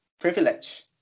privilege